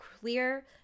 clear